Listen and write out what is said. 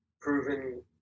proven